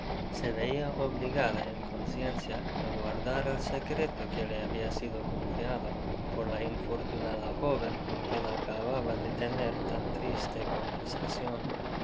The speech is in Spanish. se veia obligada en conciencia á guardar el secreto que le habia sido confiado por la infortunada joven con quien acababa de tener tan triste conversacion